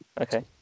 okay